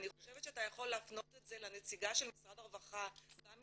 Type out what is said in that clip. אני חושבת שאתה יכול להפנות אותה לנציגה של משרד הרווחה במשרד